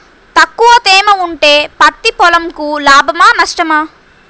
తక్కువ తేమ ఉంటే పత్తి పొలంకు లాభమా? నష్టమా?